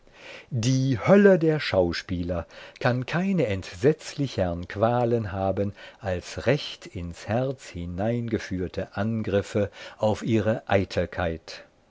die hölle der schauspieler kann keine entsetzlichern qualen haben als recht ins herz hineingeführte angriffe auf ihre eitelkeit